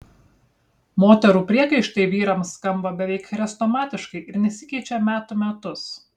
moterų priekaištai vyrams skamba beveik chrestomatiškai ir nesikeičia metų metus